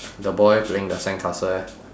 the boy playing the sandcastle eh